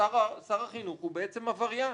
שר החינוך הוא בעצם עבריין.